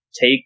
take